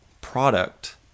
product